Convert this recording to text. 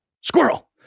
squirrel